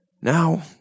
Now